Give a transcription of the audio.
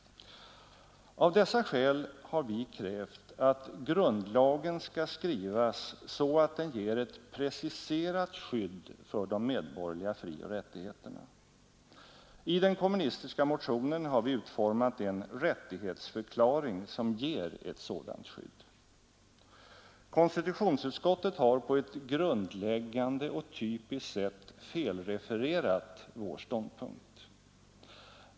Av dessa skäl har vi krävt att grundlagen skall skrivas så att den ger ett preciserat skydd för de medborgerliga frioch rättigheterna. I den kommunistiska motionen har vi utformat en rättighetsförklaring som ger ett sådant skydd. Konstitutionsutskottet har på ett grundläggande och typiskt sätt felrefererat vår ståndpunkt.